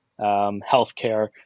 healthcare